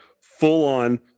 full-on